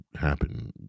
happen